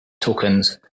tokens